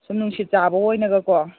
ꯁꯨꯝ ꯅꯨꯡꯁꯤꯠ ꯆꯥꯕ ꯑꯣꯏꯅꯒꯀꯣ